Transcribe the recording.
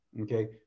Okay